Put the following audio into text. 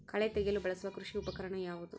ಕಳೆ ತೆಗೆಯಲು ಬಳಸುವ ಕೃಷಿ ಉಪಕರಣ ಯಾವುದು?